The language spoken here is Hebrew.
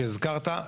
שהזכרת,